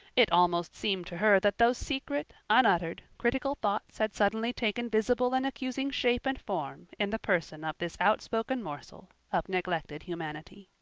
it almost seemed to her that those secret, unuttered, critical thoughts had suddenly taken visible and accusing shape and form in the person of this outspoken morsel of neglected humanity.